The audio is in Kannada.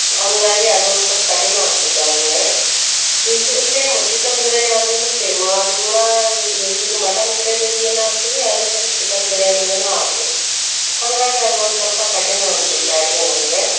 ಹಂಗಾಗಿ ಅದೊಂದು ಸ್ವಲ್ಪ ಕಠಿಣ ಅನಿಸುತ್ತೆ ನನಗೆ ದು ಸೇಮು ಚಿಕನ್ ಬಿರ್ಯಾನಿ ಆದ್ರೂ ಸೇಮ್ ಅದು ಕೂಡ ಈಗ ಮಟನ್ ಬಿರ್ಯಾನಿಗೆ ಏನು ಹಾಕ್ತೀವಿ ಅದೇ ಥರ ಚಿಕನ್ ಬಿರ್ಯಾನಿಗೂ ಹಾಕ್ಬೇಕ್ ಹಾಗಾಗಿ ಅದೊಂದು ಸ್ವಲ್ಪ ಕಠಿಣ ಅನಿಸುತ್ತೆ ಅಡುಗೆ ನಮಗೆ